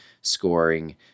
scoring